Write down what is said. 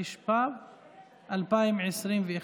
התשפ"ב 2021,